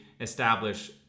establish